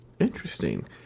interesting